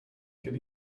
could